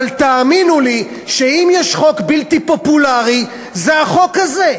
אבל תאמינו לי שאם יש חוק בלתי פופולרי זה החוק הזה,